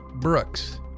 Brooks